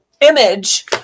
image